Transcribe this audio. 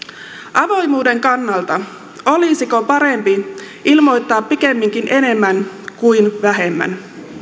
avoimuuden kannalta olisiko parempi ilmoittaa pikemminkin enemmän kuin vähemmän